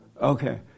Okay